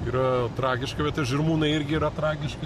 yra tragiška bet ir žirmūnai irgi yra tragiški